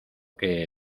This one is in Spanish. que